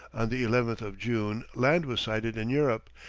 on the eleventh of june land was sighted in europe,